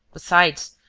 besides,